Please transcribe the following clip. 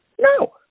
No